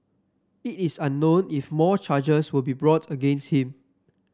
it is unknown if more charges will be brought against him